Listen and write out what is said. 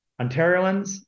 Ontarians